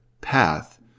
path